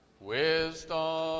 Wisdom